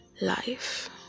life